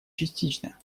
частично